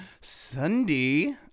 Sunday